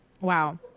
Wow